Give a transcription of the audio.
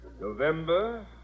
November